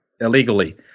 illegally